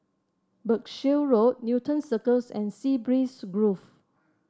Berkshire Road Newton Circus and Sea Breeze Grove